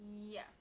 Yes